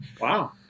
wow